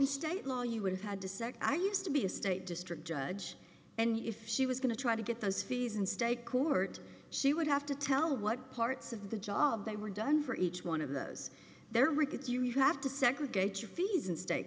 the state law you would have had to say i used to be a state district judge and if she was going to try to get those fees in state court she would have to tell what parts of the job they were done for each one of those there rickets you have to segregate your fees and state